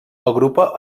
agrupa